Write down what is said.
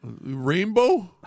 Rainbow